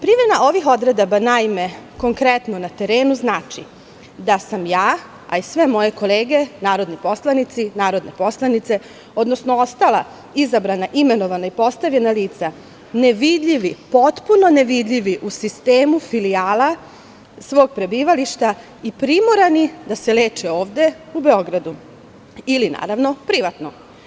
Primena ovih odredaba, naime, konkretno na terenu, znači da sam ja, a i sve moje kolege narodni poslanici, narodne poslanice, odnosno ostala izabrana, imenovana i postavljena lica nevidljivi, potpuno nevidljivi u sistemu filijala svog prebivališta i primorani da se leče ovde u Beogradu ili privatno.